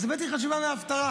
אז הבאתי לך תשובה מההפטרה.